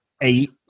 eight